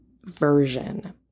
version